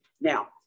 Now